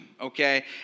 okay